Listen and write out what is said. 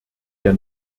der